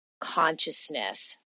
consciousness